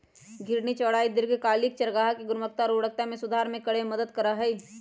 घूर्णी चराई दीर्घकालिक चारागाह गुणवत्ता और उर्वरता में सुधार करे में मदद कर सका हई